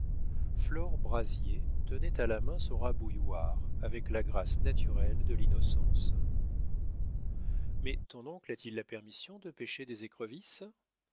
flore brazier tenait à la main son rabouilloir avec la grâce naturelle à l'innocence mais ton oncle a-t-il la permission de pêcher des écrevisses